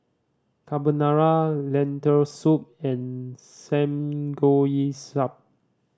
Carbonara Lentil Soup and Samgeyopsal